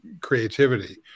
creativity